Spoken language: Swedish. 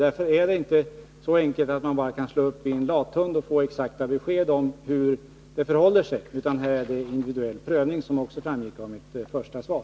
Därför är det inte så enkelt att man bara kan slå upp i en lathund och få exakta besked om hur det förhåller sig, utan det sker en individuell prövning — vilket också framgick av mitt svar.